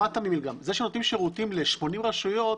שמעת ממילגם זה שנותנים שירותים ל-80 רשויות,